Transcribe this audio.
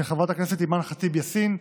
של חברת הכנסת אימאן ח'טיב יאסין,